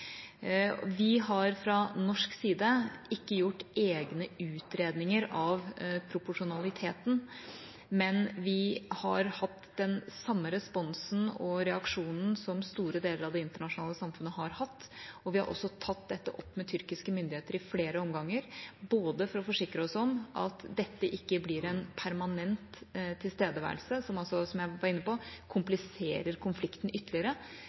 Vi har fra norsk side ikke gjort egne utredninger av proporsjonaliteten, men vi har hatt den samme responsen og reaksjonen som store deler av det internasjonale samfunnet har hatt. Vi har også tatt dette opp med tyrkiske myndigheter i flere omganger for å forsikre oss om at dette ikke blir en permanent tilstedeværelse, som, slik jeg var inne på, kompliserer konflikten ytterligere,